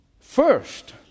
First